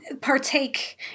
partake